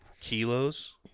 kilos